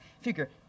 figure